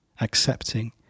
accepting